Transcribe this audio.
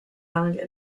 langue